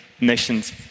nations